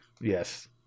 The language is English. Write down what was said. Yes